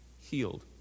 healed